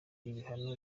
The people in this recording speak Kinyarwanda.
ibihano